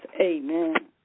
Amen